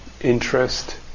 interest